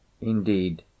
Indeed